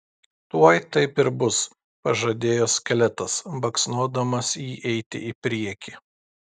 tuoj taip ir bus pažadėjo skeletas baksnodamas jį eiti į priekį